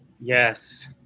Yes